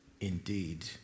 indeed